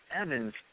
Evans